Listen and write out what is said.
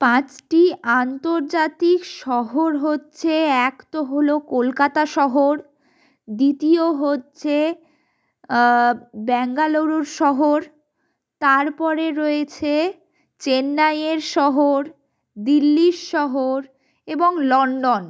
পাঁচটি আন্তর্জাতিক শহর হচ্ছে এক তো হল কলকাতা শহর দ্বিতীয় হচ্ছে ব্যাঙ্গালুরু শহর তারপরে রয়েছে চেন্নাইয়ের শহর দিল্লির শহর এবং লন্ডন